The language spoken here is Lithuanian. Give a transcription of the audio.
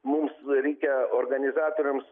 mus reikia organizatoriams